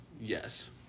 Yes